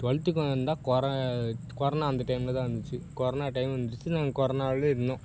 டுவெல்த்துக்கு வந்தால் கொர கொரனா அந்த டைமில் தான் வந்துச்சு கொரனா டைம் வந்துடுச்சு நாங்கள் கொரானாலே இருந்தோம்